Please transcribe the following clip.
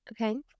Okay